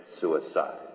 suicide